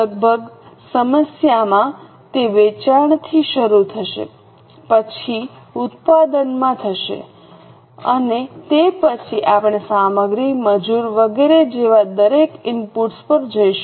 લગભગ દરેક સમસ્યામાં તે વેચાણથી શરૂ થશે પછી ઉત્પાદનમાં જશે અને તે પછી આપણે સામગ્રી મજૂર વગેરે જેવા દરેક ઇનપુટ્સ પર જઈશું